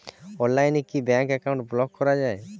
অনলাইনে কি bank account block করা য়ায়?